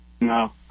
No